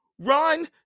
Run